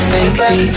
Baby